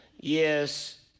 yes